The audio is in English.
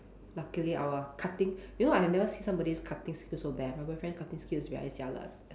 luckily our cutting you know I have never seen somebody's cutting skills so bad my boyfriend cutting skills very jialat